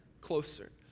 closer